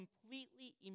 completely